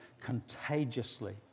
contagiously